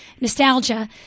nostalgia